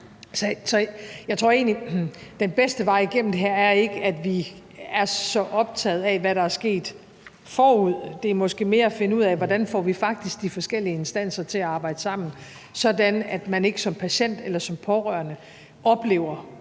sidder og gør her. Den bedste vej igennem det her er ikke, at vi er så optaget af, hvad der er sket forud. Det handler måske mere om at finde ud af, hvordan vi faktisk får de forskellige instanser til at arbejde sammen, sådan at man ikke som patient eller som pårørende oplever